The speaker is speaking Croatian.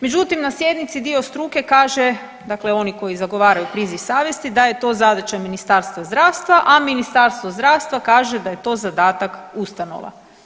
Međutim, na sjednici dio struke kaže, dakle oni koji zagovaraju priziv savjesti da je to zadaća Ministarstva zdravstva, a Ministarstvo zdravstva kaže da je to zadatak ustanova.